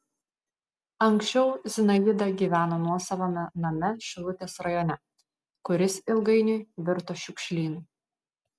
anksčiau zinaida gyveno nuosavame name šilutės rajone kuris ilgainiui virto šiukšlynu